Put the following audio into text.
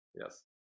yes